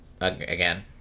Again